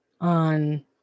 on